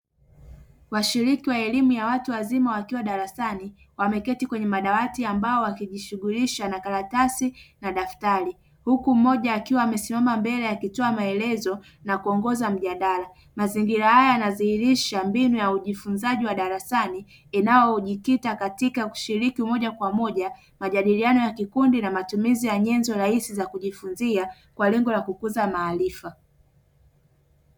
Washiriki wa elimu ya watu wazima wakiwa darasani, wameketi kwenye madawati ya mbao wakijishughulisha na makaratasi na madaftari, huku mmoja akiwa amesimama mbele akitoa maelezo na kuongoza mjadala. Mazingira haya yanadhihirisha mbinu ya ujifunzaji darasani, inayojikita katika kushiriki moja kwa moja majadiliano ya kikundi na matumizi ya nyenzo rahisi za kujifunzia, kwa lengo la kukuza maarifa.